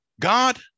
God